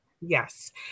Yes